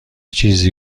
چیزی